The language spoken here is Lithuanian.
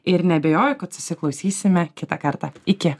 ir neabejoju kad susiklausysime kitą kartą iki